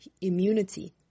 immunity